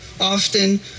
Often